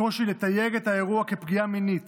הקושי לתייג את האירוע כפגיעה מינית